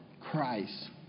Christ